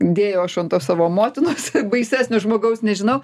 dėjau aš ant tos savo motinos baisesnio žmogaus nežinau